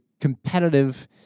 competitive